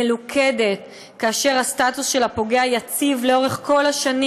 מלוכדת, שבה הסטטוס של הפוגע יציב לאורך כל השנים.